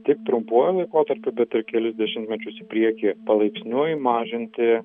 tik trumpuoju laikotarpiu bet ir kelis dešimtmečius į priekį palaipsniui mažinti